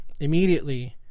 immediately